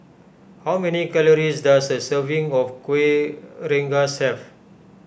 how many calories does a serving of Kuih Rengas have